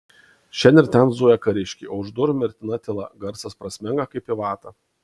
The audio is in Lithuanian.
šen ir ten zuja kariškiai o už durų mirtina tyla garsas prasmenga kaip į vatą